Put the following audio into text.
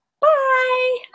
Bye